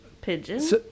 pigeons